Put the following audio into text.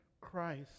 Christ